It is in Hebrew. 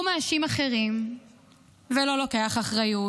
הוא מאשים אחרים ולא לוקח אחריות.